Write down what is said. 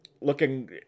looking